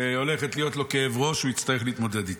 היא הולכת להיות לו כאב ראש והוא יצטרך להתמודד איתה.